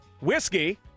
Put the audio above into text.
whiskey